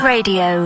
Radio